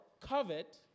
covet